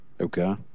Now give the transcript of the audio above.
Okay